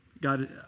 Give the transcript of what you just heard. God